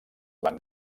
van